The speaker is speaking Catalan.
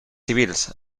civils